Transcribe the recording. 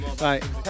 right